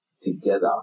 together